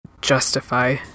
justify